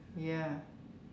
ya